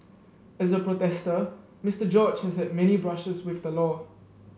as a protester Mister George has a many brushes with the law